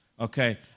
okay